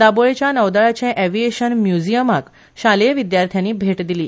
दाबोळेच्या नौदळाचे एव्हियेशन म्यूजीयमांत शालेय विद्यार्थ्यांनी भेट दिली